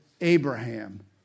Abraham